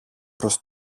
προς